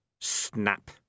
Snap